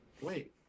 Wait